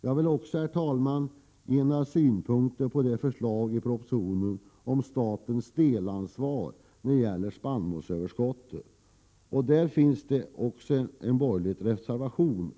Jag vill också, herr talman, ge några synpunkter på förslagen i propositionen om statens delansvar när det gäller spannmålsöverskottet. På den punkten finns också en borgerlig reservation.